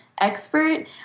expert